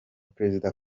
prezida